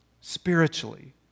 Spiritually